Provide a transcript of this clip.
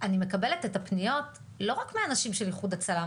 אני מקבלת את הפניות לא רק מאנשים של איחוד הצלה,